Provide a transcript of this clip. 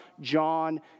John